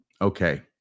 Okay